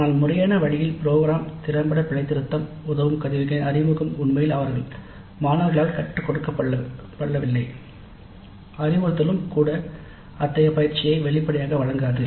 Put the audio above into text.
ஆனால் முறையான வழியில் ப்ரோக்ராம் திறம்பட பிழைத்திருத்தம் உதவும் கருவிகளின் அறிமுகம் உண்மையில் மாணவர்களால் கற்றுக்கொள்ளப்படவில்லை அறிவுறுத்தலும் கூட அத்தகைய பயிற்சியை வெளிப்படையாக வழங்காது